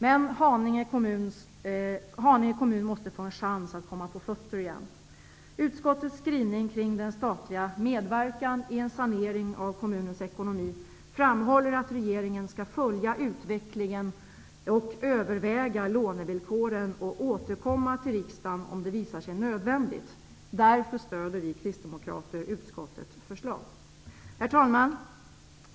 Men Haninge kommun måste få en chans att komma på fötter igen. Utskottets skrivning kring den statliga medverkan i en sanering av kommunens ekonomi framhåller att regeringen skall följa utvecklingen och överväga lånevillkoren och återkomma till riksdagen om det visar sig nödvändigt. Därför stöder vi kristdemokrater utskottets förslag. Herr talman!